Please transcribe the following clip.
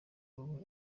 wawe